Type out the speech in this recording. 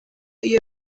iyo